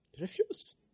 Refused